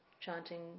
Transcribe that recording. chanting